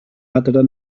adre